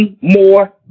more